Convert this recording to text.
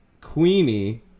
Queenie